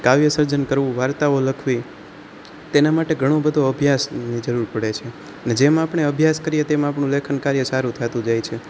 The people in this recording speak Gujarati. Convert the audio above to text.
કાવ્ય સર્જન કરવું વાર્તાઓ લખવી તેના માટે ઘણો બધો અભ્યાસની જરૂર પડે છે ને જેમ આપણે અભ્યાસ કરીએ તેમ આપણું લેખન કાર્ય સારું થાતું જાય છે